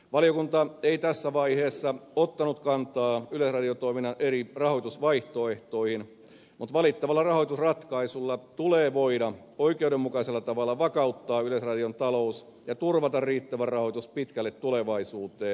valiokunta ei tässä vaiheessa ottanut kantaan yleisradiotoiminnan eri rahoitusvaihtoehtoihin mutta valittavalla rahoitusratkaisulla tulee voida oikeudenmukaisella tavalla vakauttaa yleisradion talous ja turvata riittävä rahoitus pitkälle tulevaisuuteen